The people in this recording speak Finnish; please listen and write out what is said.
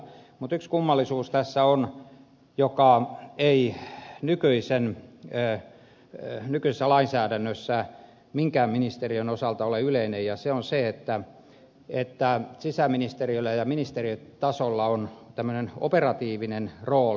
mutta yksi kummallisuus tässä on joka ei nykyisessä lainsäädännössä minkään ministeriön osalta ole yleinen ja se on se että sisäministeriöllä ja ministeriötasolla on tämmöinen operatiivinen rooli